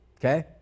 okay